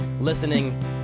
listening